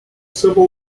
civil